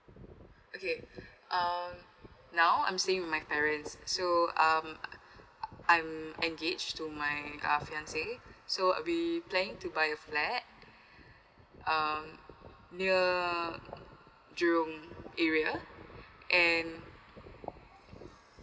okay um now I'm staying with my parents so um I'm engage to my uh fiance so we planning to buy the flat um near jurong area and